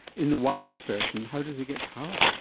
in the wireless version how does it get power?